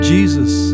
Jesus